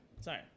Sorry